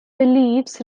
beliefs